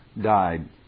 died